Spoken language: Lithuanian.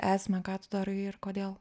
esmę ką tu darai ir kodėl